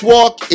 Walk